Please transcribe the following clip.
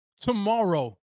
tomorrow